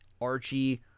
Archie